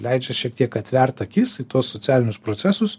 leidžia šiek tiek atvert akis į tuos socialinius procesus